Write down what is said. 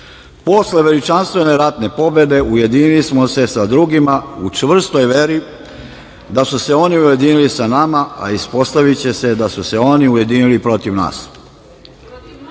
veličanstvene ratne pobede ujedinili smo se sa drugima u čvrstoj veri da su se oni ujedinili sa nama, a ispostaviće se da su se oni ujedinili protiv nas.